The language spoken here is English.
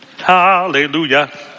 hallelujah